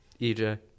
EJ